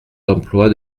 d’emploi